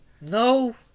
No